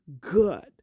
good